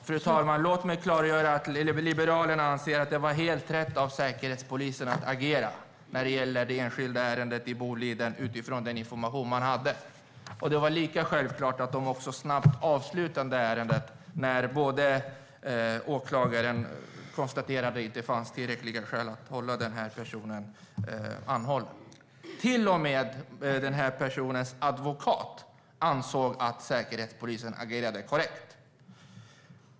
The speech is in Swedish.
Fru talman! Låt mig klargöra att Liberalerna anser att utifrån den information man hade var det helt rätt av Säkerhetspolisen att agera när det gäller det enskilda ärendet i Boliden. Det var lika självklart att de snabbt avslutade ärendet när åklagaren konstaterade att det inte fanns tillräckliga skäl att hålla den här personen anhållen. Till och med personens advokat ansåg att Säkerhetspolisen agerat korrekt.